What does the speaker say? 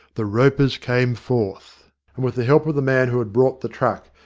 the ropers came forth, and with the help of the man who had brought the truck,